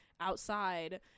outside